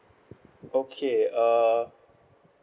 okay err